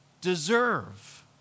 deserve